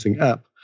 App